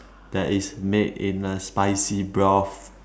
that is made in a spicy broth